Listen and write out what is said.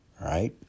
right